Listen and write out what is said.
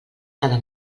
cada